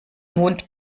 mond